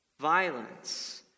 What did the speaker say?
Violence